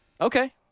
Okay